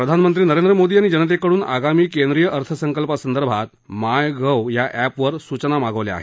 प्रधानमंत्री नरेंद्र मोदी यांनी जनतेकड़न आगामी केंद्रीय अर्थसंकल्पासंदर्भात मायगव्ह एपवर सूचना मागवल्या आहेत